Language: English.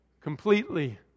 completely